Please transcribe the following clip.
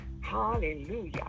Hallelujah